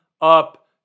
up